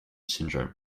syndrome